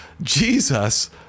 Jesus